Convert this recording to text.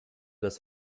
das